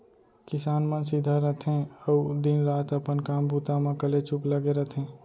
किसान मन सीधा रथें अउ दिन रात अपन काम बूता म कलेचुप लगे रथें